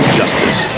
justice